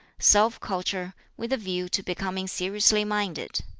self-culture, with a view to becoming seriously-minded.